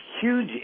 huge